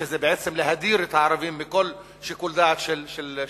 שזה בעצם להדיר את הערבים מכל שיקול דעת של מגורים.